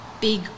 big